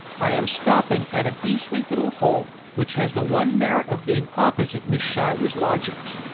i am stopping at a beastly little hole, which has the one merit of being opposite miss schuyler's lodgings,